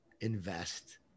invest